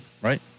Right